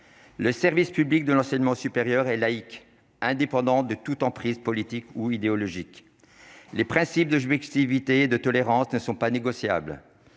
le service public de l'enseignement supérieur et laïque indépendant de toute emprise politique ou idéologique, les principes de je m'excite de tolérance ne sont pas négociables